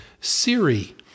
Siri